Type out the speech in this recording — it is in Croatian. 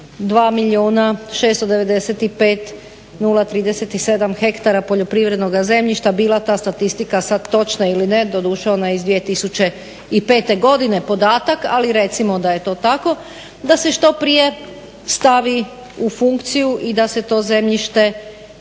695, 037 ha poljoprivrednog zemljišta bila ta statistika sad točna ili ne. Doduše ona je iz 2005. godine podatak ali recimo da je to tako, da se što prije stavi u funkciju i da se to zemljište